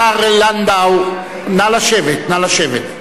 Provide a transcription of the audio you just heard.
השר לנדאו, נא לשבת.